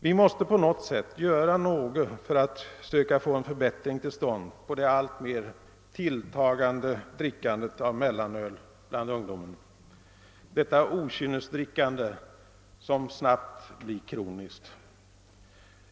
Vi måste på något sätt göra något för att söka få en förbättring till stånd av det alltmer tilltagande drickandet av mellanöl bland ungdomarna, detta okynnesdrickande, som snabbt blir kroniskt!